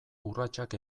urratsak